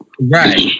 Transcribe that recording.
Right